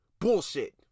Bullshit